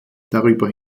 darüber